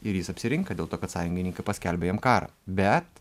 ir jis apsirinka dėl to kad sąjungininkai paskelbia jam karą bet